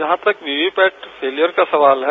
जहां तक VVPAT failure का सवाल है